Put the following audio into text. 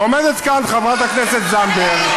ועומדת כאן חברת הכנסת זנדברג,